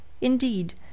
Indeed